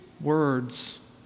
words